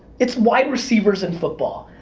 it's wide receivers in football.